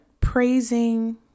praising